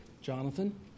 Jonathan